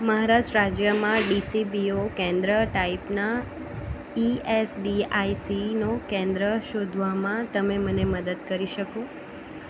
મહારાષ્ટ્ર રાજ્યમાં ડીસીબીઓ કેન્દ્ર ટાઈપના ઈએસડીઆઈસીનો કેન્દ્ર શોધવામાં તમે મને મદદ કરી શકો